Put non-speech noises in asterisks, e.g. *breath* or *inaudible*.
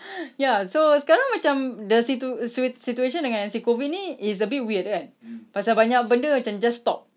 *breath* ya so sekarang macam the situ~ situation dengan si COVID ni is a bit weird kan pasal banyak benda macam just stop